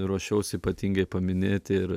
ruošiausi ypatingai paminėti ir